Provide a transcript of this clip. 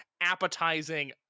appetizing